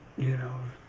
you know,